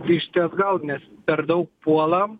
grįžti atgal nes per daug puolam